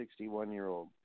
61-year-old